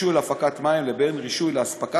רישוי להפקת המים לבין הליך רישוי להספקת